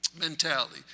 mentality